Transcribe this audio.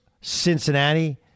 Cincinnati